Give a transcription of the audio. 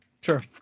Sure